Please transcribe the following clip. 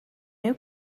new